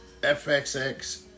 FXX